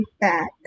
back